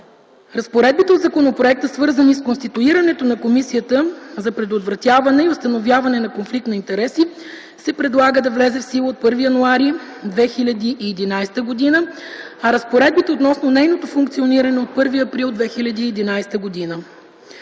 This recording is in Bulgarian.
Разпоредбите от законопроекта, свързани с конституирането на Комисията за предотвратяване и установяване на конфликт на интереси, се предлага да влезе в сила от 1 януари 2011 г., а разпоредбите относно нейното функциониране - от 1 април 2011 г.